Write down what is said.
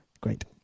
great